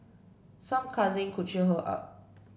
some cuddling could cheer her up